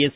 S